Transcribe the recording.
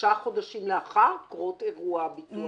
שלושה חודשים לאחר קרות אירוע הביטוח של אובדן הכושר.